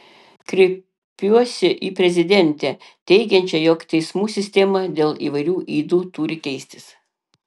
kreipsiuosi į prezidentę teigiančią jog teismų sistema dėl įvairių ydų turi keistis